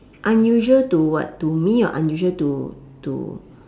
unusual to what to me or unusual to to